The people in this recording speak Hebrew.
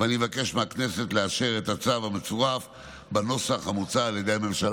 אני מבקש מהכנסת לאשר את הצו המצורף בנוסח המוצע על ידי הממשלה.